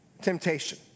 temptation